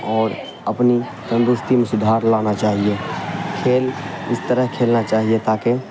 اور اپنی تندرستی میں سدھار لانا چاہیے کھیل اس طرح کھیلنا چاہیے تاکہ